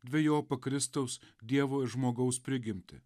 dvejopą kristaus dievo ir žmogaus prigimtį